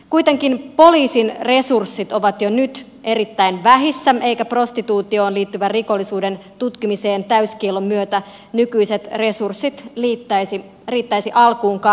kuitenkin poliisin resurssit ovat jo nyt erittäin vähissä eivätkä prostituutioon liittyvän rikollisuuden tutkimiseen täyskiellon myötä nykyiset resurssit riittäisi alkuunkaan